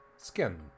Skin